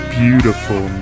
beautiful